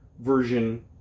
version